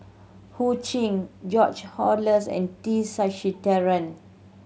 Ho Ching George Oehlers and T Sasitharan